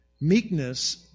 meekness